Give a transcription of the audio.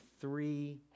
three